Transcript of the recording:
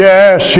Yes